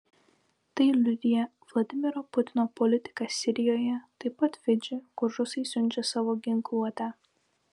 tai liudija vladimiro putino politika sirijoje taip pat fidži kur rusai siunčia savo ginkluotę